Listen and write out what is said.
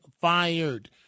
fired